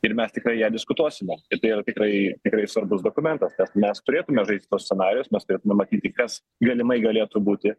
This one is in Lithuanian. ir mes tikrai ją diskutuosime ir tai yra tikrai tikrai svarbus dokumentas mes turėtume žaisti tuos scenarijus mes turėtume numatyti kas galimai galėtų būti